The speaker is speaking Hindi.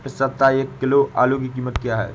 इस सप्ताह एक किलो आलू की कीमत क्या है?